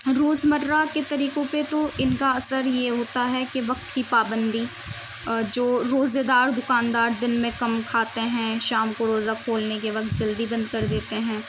روزمرہ کے طریقوں پہ تو ان کا اثر یہ ہوتا ہے کہ وقت کی پابندی جو روزے دار دکان دار دن میں کم کھاتے ہیں شام کو روزہ کھولنے کے وقت جلدی بند کر دیتے ہیں